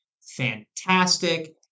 Fantastic